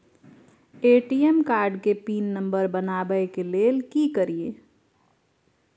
ATM card के PIN number बनाबै के लेल की करिए?